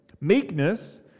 Meekness